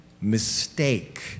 mistake